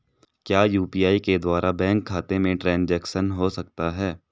क्या यू.पी.आई के द्वारा बैंक खाते में ट्रैन्ज़ैक्शन हो सकता है?